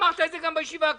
אמרת את זה גם בישיבה הקודמת.